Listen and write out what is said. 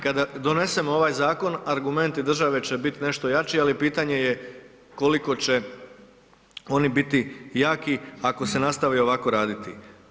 Kada donesemo ovaj zakon argumenti države će bit nešto jači, ali pitanje je koliko će oni biti jaki ako se nastavi ovako raditi.